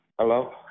Hello